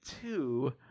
two